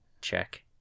Check